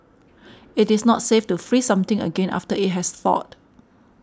it is not safe to freeze something again after it has thawed